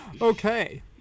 Okay